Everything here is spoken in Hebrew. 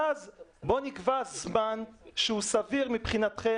ואז בוא נקבע זמן שהוא סביר מבחינתכם